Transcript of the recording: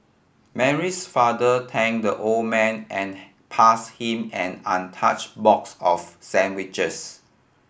Mary's father thank the old man and pass him an untouch box of sandwiches